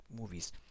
movies